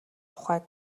тухайд